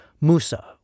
Musa